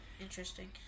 Interesting